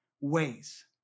ways